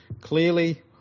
Clearly